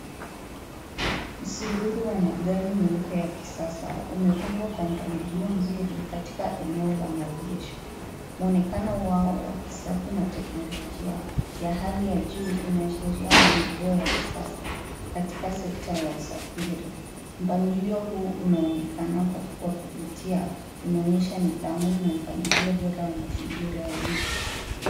Msururu wa magari meupe ya kisasa umepangwa kwa mpangilio mzuri katika eneo la maegesho. Mwonekano wao wa kisafi na teknolojia ya hali ya juu unaashiria maendeleo ya kisasa katika sekta ya usafiri. Mpangilio huu unaonekana wa kuvutia, unaonyesha nidhamu na mpangilio bora wa mazingira ya miji.